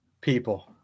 people –